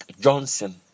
Johnson